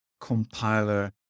compiler